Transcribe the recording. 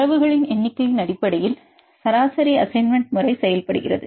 தரவுகளின் எண்ணிக்கையின் அடிப்படையில் சராசரி அசைன்மெண்ட் முறை செயல்படுகிறது